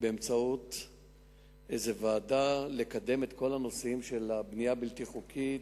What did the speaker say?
באמצעות ועדה לקדם את כל הנושאים של הבנייה הבלתי-חוקית,